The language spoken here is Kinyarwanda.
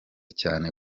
cyane